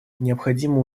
необходимо